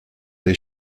les